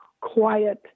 quiet